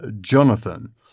Jonathan